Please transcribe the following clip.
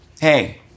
hey